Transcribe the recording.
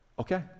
Okay